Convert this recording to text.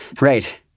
Right